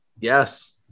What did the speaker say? Yes